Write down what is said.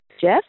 Jeff